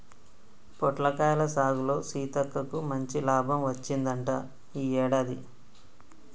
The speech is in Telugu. పొట్లకాయల సాగులో సీతక్కకు మంచి లాభం వచ్చిందంట ఈ యాడాది